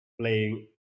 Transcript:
playing